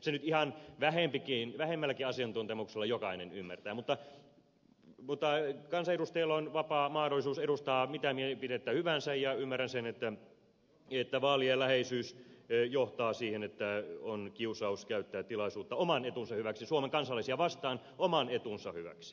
sen nyt ihan vähemmälläkin asiantuntemuksella jokainen ymmärtää mutta kansanedustajilla on vapaa mahdollisuus edustaa mitä mielipidettä hyvänsä ja ymmärrän sen että vaalien läheisyys johtaa siihen että on kiusaus käyttää tilaisuutta oman etunsa hyväksi suomen kansalaisia vastaan oman etunsa hyväksi